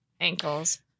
ankles